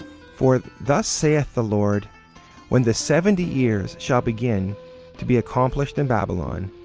for thus saith the lord when the seventy years shall begin to be accomplished in babylon,